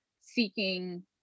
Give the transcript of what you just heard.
seeking